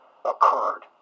occurred